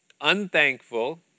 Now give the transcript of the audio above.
unthankful